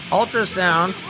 Ultrasound